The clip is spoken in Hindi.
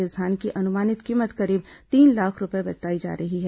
इस धान की अनुमानित कीमत करीब तीन लाख रूपये बताई जा रही है